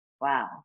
wow